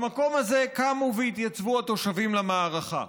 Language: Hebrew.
במקום הזה קמו והתייצבו התושבים למערכה.